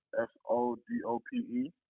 S-O-D-O-P-E